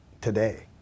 today